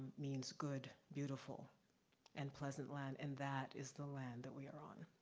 means good, beautiful and pleasant land and that is the land that we are on.